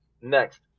Next